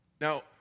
Now